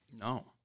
No